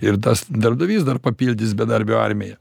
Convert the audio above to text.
ir tas darbdavys dar papildys bedarbių armiją